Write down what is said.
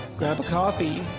grab a coffee,